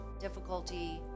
difficulty